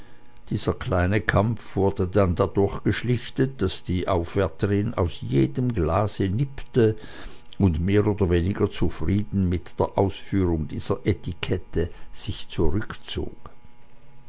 dieser kleine kampf wurde dann dadurch geschlichtet daß die aufwärterin aus jedem glase nippte und mehr oder weniger zufrieden mit der ausführung dieser etikette sich zurückzog